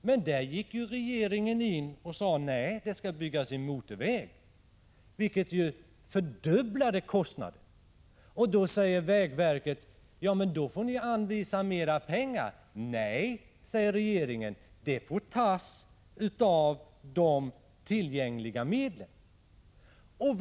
Men då gick regeringen in och sade: Nej, det skall byggas en motorväg. Ett motorvägsbygge skulle fördubbla kostnaderna. Därför hävdade vägverket: I så fall får ni anvisa mer pengar. Nej, sade regeringen, pengarna får tas från de tillgängliga medlen.